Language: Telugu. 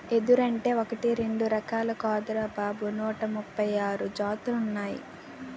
ఎదురంటే ఒకటీ రెండూ రకాలు కాదురా బాబూ నూట ముప్పై ఆరు జాతులున్నాయ్